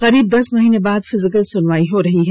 करीब दस महीने बाद फिजिकल सुनवाई हो रही है